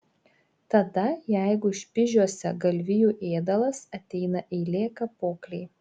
tada jeigu špižiuose galvijų ėdalas ateina eilė kapoklei